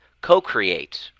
co-create